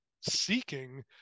seeking